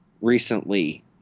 Recently